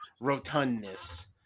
rotundness